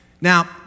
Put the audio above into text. Now